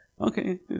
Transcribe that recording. Okay